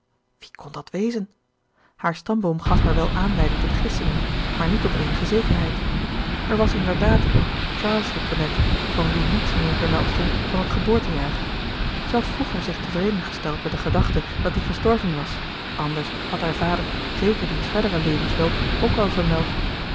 wie kon dat wezen haar stamboom gaf haar wel aanleiding tot gissingen maar niet tot eenige zekerheid er was inderdaad een charles de tonnette van wien niets meer vermeld stond dan het geboortejaar zij had vroeger zich tevreden gesteld met de gedachte dat die gestorven was anders had haar vader zeker diens verderen levensloop ook wel vermeld